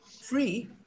free